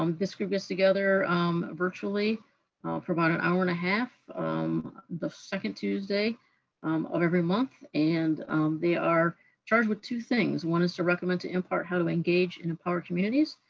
um this group is together virtually for about an hour and a half um the second tuesday um of every month, and they are charged with two things. one is to recommend to mpart how to engage and empower communities,